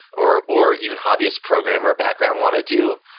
or or even hobbyist programmer background want to do.